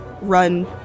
run